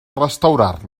restaurar